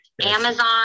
Amazon